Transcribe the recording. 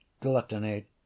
gluttony